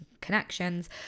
connections